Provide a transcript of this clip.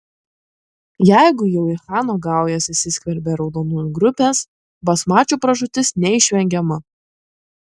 jeigu jau į chano gaujas įsiskverbė raudonųjų grupės basmačių pražūtis neišvengiama